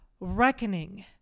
reckoning